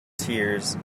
tears